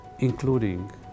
including